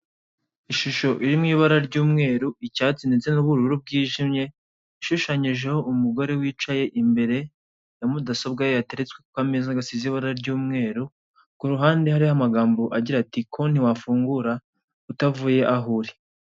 Ishusho iri mu ibara ry'umweru icyatsi ndetse nubururu bwijimye ishushanyijeho umugore wicaye imbere ya mudasobwa ye yateretswe ku ka meza gasize ibara ry'umweru ku ruhande, kariho amagambo agira ati konti wafungura utavuye aho uri.